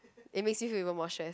it makes you feel even more stressed